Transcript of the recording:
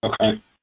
Okay